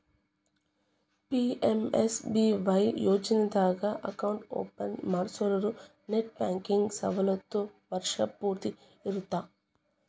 PMSBY ಯೋಜನಾದಾಗ account open ಮಾಡ್ಸಿರೋರು net banking ಸವಲತ್ತು ವರ್ಷ್ ಪೂರ್ತಿ ಇರತ್ತ